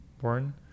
born